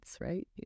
right